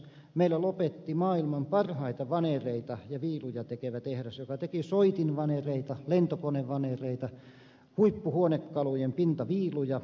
meillä lopetti maailman parhaita vanereita ja viiluja tekevä tehdas joka teki soitinvanereita lentokonevanereita huippuhuonekalujen pintaviiluja